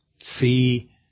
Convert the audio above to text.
see